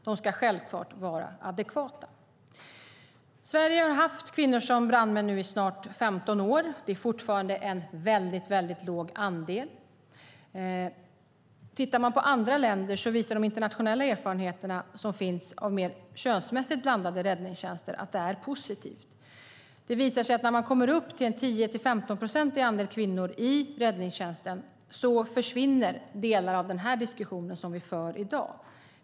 De ska självklart vara adekvata. Sverige har haft kvinnor som brandmän i snart 15 år. De utgör fortfarande en väldigt låg andel. Tittar man på andra länder och de internationella erfarenheter som finns av mer könsmässigt blandade räddningstjänster ser man att det är positivt. Det visar sig att när man kommer upp till en andel av 10-15 procent kvinnor i räddningstjänsten försvinner delar av den diskussion som vi för i dag.